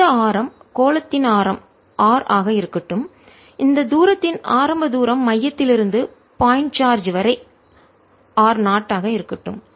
இந்த ஆரம் கோளத்தின் ஆரம் R ஆக இருக்கட்டும் இந்த தூரத்தின் ஆரம்ப தூரம் மையத்திலிருந்து பாயிண்ட் சார்ஜ் வரை r 0 ஆக இருக்கட்டும்